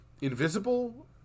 invisible